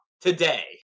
today